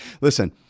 Listen